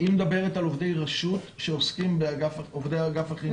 היא מדברת על עובדי רשות, עובדי אגף החינוך.